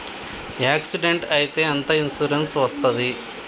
Accident అయితే ఎంత insurance వస్తది?